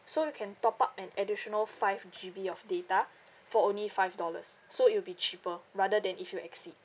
so you can top up an additional five G_B of data for only five dollars so it'll be cheaper rather than if you exceed